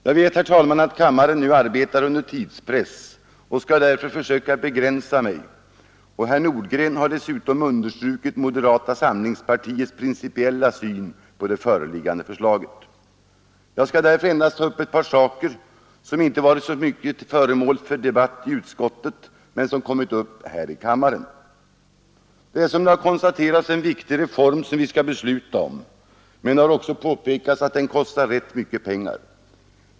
Jag vet, herr talman, att kammaren nu arbetar under tidspress och skall därför försöka begränsa mig. Herr Nordgren har dessutom understrukit moderata samlingspartiets principiella syn på det föreliggande förslaget. Jag skall därför endast ta upp ett par frågor som inte varit föremål för så mycket debatt i utskottet men som tagits upp här i kammaren. Det är, vilket konstaterats, en viktig reform som vi skall besluta om, men det har också påpekats att den kostar rätt mycket pengar.